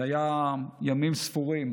זה היה ימים ספורים